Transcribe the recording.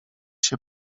się